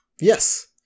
Yes